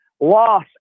Loss